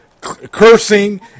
cursing